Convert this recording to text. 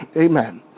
amen